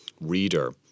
reader